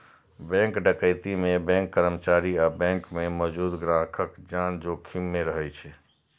bank डकैती मे bank कर्मचारी आ बैंक मे मौजूद ग्राहकक जान जोखिम मे रहै छै